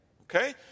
okay